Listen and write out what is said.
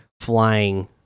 flying